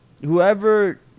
whoever